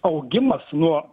augimas nuo